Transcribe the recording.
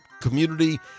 community